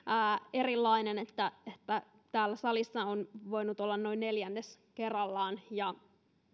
erilainen että täällä salissa on voinut olla noin neljännes kerrallaan ja